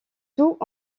tout